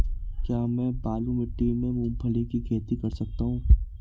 क्या मैं बालू मिट्टी में मूंगफली की खेती कर सकता हूँ?